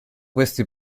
questi